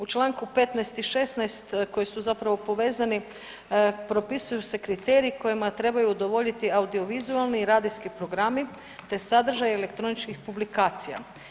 U čl. 15. i 16. koji su zapravo povezani, propisuju se kriteriji kojima trebaju udovoljiti audiovizualni i radijski programi, te sadržaji elektroničkih publikacija.